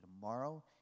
tomorrow